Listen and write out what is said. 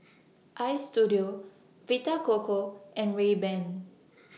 Istudio Vita Coco and Rayban